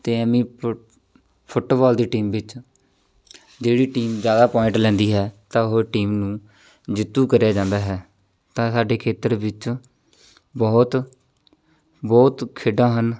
ਅਤੇ ਐਵੇਂ ਫੁੱਟਬਾਲ ਦੀ ਟੀਮ ਵਿੱਚ ਜਿਹੜੀ ਟੀਮ ਜ਼ਿਆਦਾ ਪੁਆਇੰਟ ਲੈਂਦੀ ਹੈ ਤਾਂ ਉਹ ਟੀਮ ਨੂੰ ਜੇਤੂ ਕਰਿਆ ਜਾਂਦਾ ਹੈ ਤਾਂ ਸਾਡੇ ਖ਼ੇਤਰ ਵਿੱਚ ਬਹੁਤ ਬਹੁਤ ਖੇਡਾਂ ਹਨ